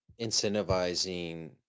incentivizing